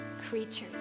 creatures